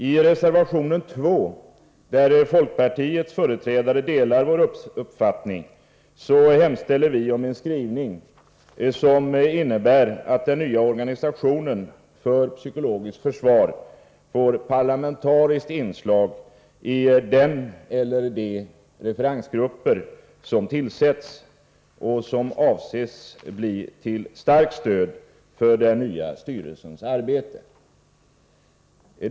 I reservation 2, där folkpartiets företrädare delar vår uppfattning, hemställer vi om en skrivning som innebär att den nya organisationen för psykologiskt försvar får parlamentariskt inslag i den eller de referensgrupper som tillsätts och som avses bli till starkt stöd för den nya styrelsens arbete.